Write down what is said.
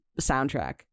Soundtrack